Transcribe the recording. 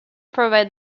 provide